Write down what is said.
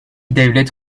devlet